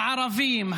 הערבים,